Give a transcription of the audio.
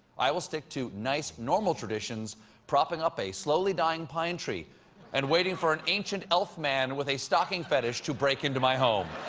i will stick to the nice, normal traditions propping up a slowly-dying pine tree and waiting for an ancient elf-man with a stocking fetish to break into my home.